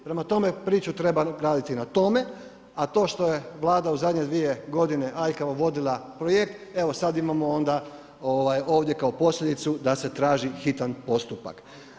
Prema tome, priču treba graditi na tome a to što je Vlada u zadnje 2 godine aljkavo vodila projekt, evo sad imamo onda ovdje kao posljedicu da se traži hitan postupak.